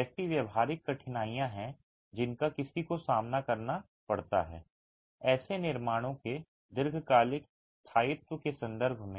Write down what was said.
ऐसी व्यावहारिक कठिनाइयाँ हैं जिनका किसी को सामना करना पड़ता है ऐसे निर्माणों के दीर्घकालिक स्थायित्व के संदर्भ में